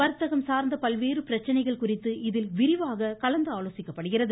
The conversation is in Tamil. வர்த்தகம் சார்ந்த பல்வேறு பிரச்சனைகள் குறித்து இதில் விரிவாக கலந்தாலோசிக்கப்படுகிறது